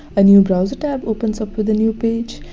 a new browser tab opens up with a new page.